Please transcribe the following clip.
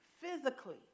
physically